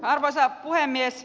arvoisa puhemies